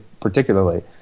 particularly